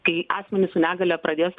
kai asmenys su negalia pradės